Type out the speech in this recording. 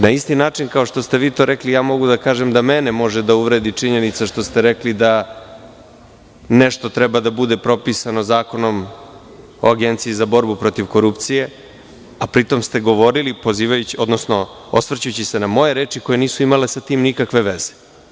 Na isti način kao što ste vi to rekli, ja mogu da kažem da mene može da uvredi činjenica što ste rekli da nešto treba da bude propisano Zakonom o Agenciji za borbu protiv korupcije, a pri tom ste govorili osvrćući se na moje reči koje sa tim nisu imale nikakve veze.